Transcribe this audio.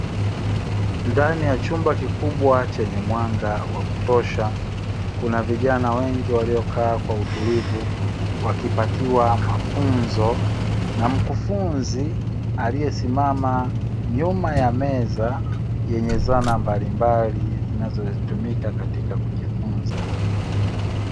Ndani ya chumba kikubwa chenye mwanga wa kutosha, kuna vijana wengi waliokaa kwa utulivu wakipatiwa mafunzo na mkufunzi aliyesimama nyuma ya meza yenye zana mbalimbali zinazotumika katika kujifunza.